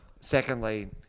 Secondly